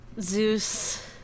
Zeus